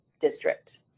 District